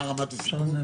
מה רמת הסיכון,